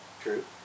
True